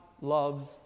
loves